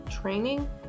training